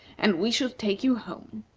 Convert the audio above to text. and we shall take you home.